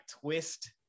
twist